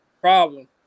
problem